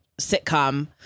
sitcom